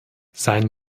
sein